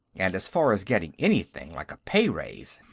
and as far as getting anything like a pay-raise.